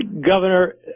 Governor